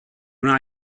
wna